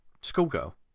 schoolgirl